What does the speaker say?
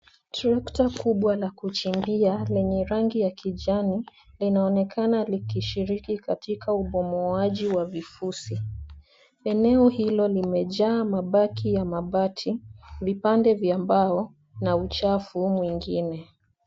Trekta kubwa la kuchimbia lenye rangi ya kijani linaonekana likishiriki katika ubomoaji wa vifusi. Eneo hilo limejaa mabaki ya mabati, vipande vya mbao na uchafu mwingine.